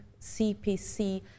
CPC